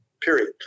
period